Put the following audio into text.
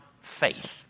faith